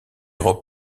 robes